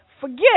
Forget